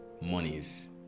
monies